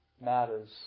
Matters